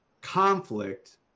conflict